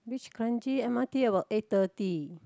reach Kranji M_R_T about eight thirty